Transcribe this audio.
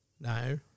No